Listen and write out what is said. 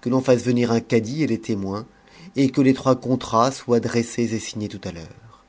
que l'on fasse venir un cadi et les témoins et que les trois contrats soient dressés et signés tout à l'heure